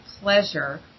pleasure